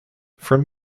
from